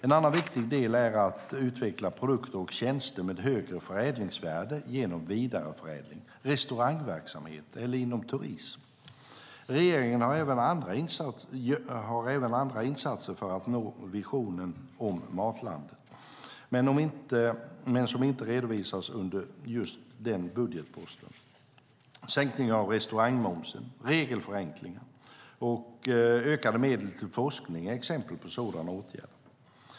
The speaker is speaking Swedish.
En annan viktig del är att utveckla produkter och tjänster med högre förädlingsvärde genom vidareförädling, restaurangverksamhet eller inom turism. Regeringen har även andra insatser för att nå visionen om Matlandet, som inte redovisas under just den budgetposten. Sänkningen av restaurangmomsen, regelförenklingar och ökade medel till forskning är exempel på sådana åtgärder.